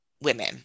Women